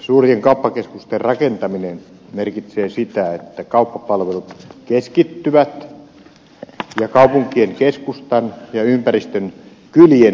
suurien kauppakeskusten rakentaminen merkitsee sitä että kauppapalvelut keskittyvät ja kaupunkien keskustojen ja ympäristön kylien palvelut heikentyvät